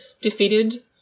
defeated